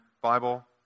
Bible